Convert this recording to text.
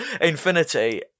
infinity